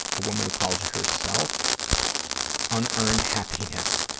a woman who calls herself unearned happiness.